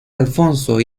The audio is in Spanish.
alfonso